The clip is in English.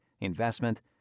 investment